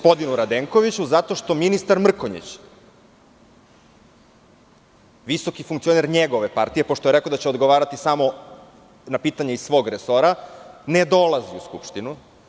Prvo, zato što ministar Mrkonjić visoki funkcioner njegove partije, pošto je rekao da će odgovarati samo na pitanja iz svog resora, ne dolazi u Skupštinu.